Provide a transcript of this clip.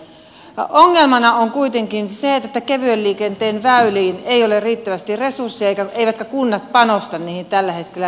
ongelmana on kuitenkin se että kevyen liikenteen väyliin ei ole riittävästi resursseja eivätkä kunnat panosta niihin tällä hetkellä riittävästi